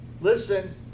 Listen